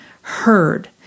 heard